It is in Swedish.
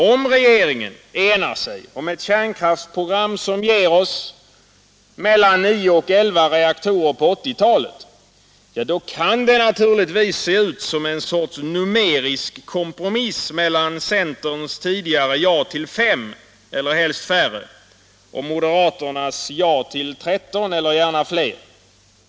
Om regeringen enar sig om ett kärnkraftsprogram som ger oss mellan nio och elva reaktorer på 1980-talet kan det naturligtvis se ut som en sorts numerisk kompromiss mellan centerns tidigare ja till fem — och gärna färre — och moderaternas ja till tretton — och gärna fler.